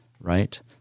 right